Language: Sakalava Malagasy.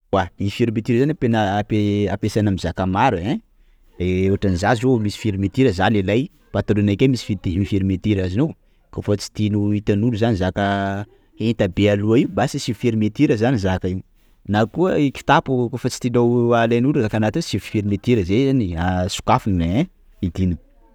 Ewa i fermeture zany ampiana- ampiasana amin'ny zaka maro e ein! _x000D_ Ohatra za zao misy fermeture za lehilahy patalohanakay misy fite- misy fermeture azonao? _x000D_ Kôfa tsy tianao ho hitan'olona zany zaka, enta-be aloha io, basy asivo fermeture zany zaka io; na koa i kitapo kôfa tsy tianao alain'olo zaka anatin'io asiavo fermeture zay zan- sokafo ein! hidina.